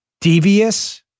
Devious